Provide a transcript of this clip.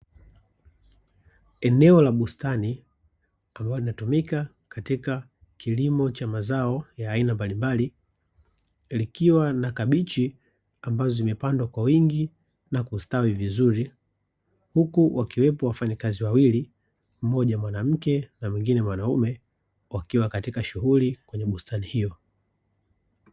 Eneo la bustani ambalo linatumika katika kilimo cha mazao ya aina mbalimbali, likiwa na kabichi ambazo zimepandwa kwa wingi na kustawi vizuri, huku wakiwepo wafanyakazi wawili mmoja mwanamke na mwengine mwanaume wakiwa katika shughuli kwenye bustani hiyo.